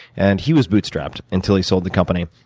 and he was bootstrapped until he sold the company.